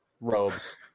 robes